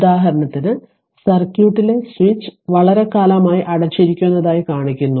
ഉദാഹരണത്തിന് സർക്യൂട്ടിലെ സ്വിച്ച് വളരെക്കാലം ആയി അടച്ചിരിക്കുന്നതായി കാണിക്കുന്നു